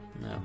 No